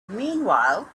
meanwhile